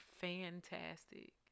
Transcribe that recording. fantastic